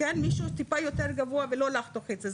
מישהו טיפה יותר גבוה ולא לחתוך את זה,